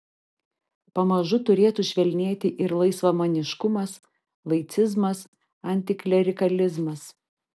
pamažu turėtų švelnėti ir laisvamaniškumas laicizmas antiklerikalizmas